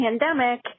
pandemic